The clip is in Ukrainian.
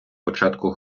початку